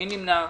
אין נמנעים,